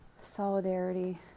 solidarity